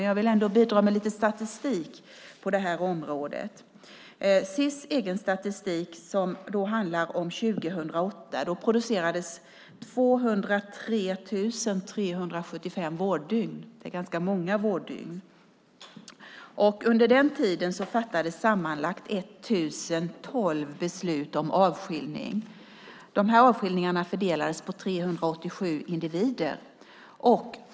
Jag vill då bidra med lite statistik på det här området. Enligt Sis egen statistik från 2008 producerades 203 375 vårddygn. Det är ganska många vårddygn. Under den tiden fattades sammanlagt 1 012 beslut om avskiljning. De här avskiljningarna fördelades på 387 individer.